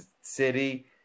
city